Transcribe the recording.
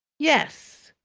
yes.